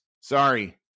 sorry